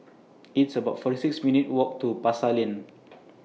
It's about forty six minutes' Walk to Pasar Lane